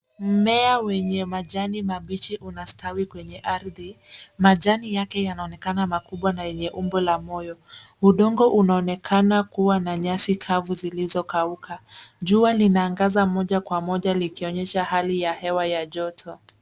Mmea wenye majani mabichi unastawi kwenye ardhi. Majani yake yanaonekana makubwa na yenye umbo la moyo. Udongo unaonekana kuwa na nyasi kavu zilizokauka. Jua linaangaza moja kwa moja likionyesha hali ya hewa ya joto.